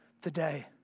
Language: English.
today